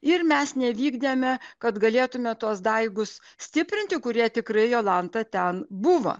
ir mes nevykdėme kad galėtume tuos daigus stiprinti kurie tikrai jolanta ten buvo